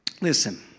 Listen